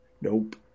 Nope